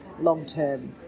long-term